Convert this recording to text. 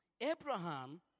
Abraham